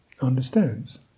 understands